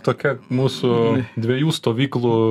tokia mūsų dviejų stovyklų